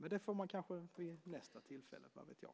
Men det får jag kanske vid nästa tillfälle, vad vet jag.